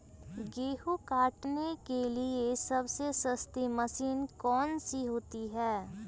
गेंहू काटने के लिए सबसे सस्ती मशीन कौन सी होती है?